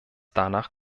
danach